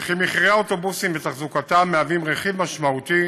וכי מחירי האוטובוסים ותחזוקתם מהווים רכיב משמעותי